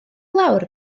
lawr